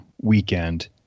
weekend